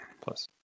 Plus